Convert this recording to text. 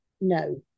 no